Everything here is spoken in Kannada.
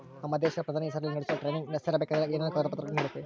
ನಮ್ಮ ದೇಶದ ಪ್ರಧಾನಿ ಹೆಸರಲ್ಲಿ ನಡೆಸೋ ಟ್ರೈನಿಂಗ್ ಸೇರಬೇಕಂದರೆ ಏನೇನು ಕಾಗದ ಪತ್ರ ನೇಡಬೇಕ್ರಿ?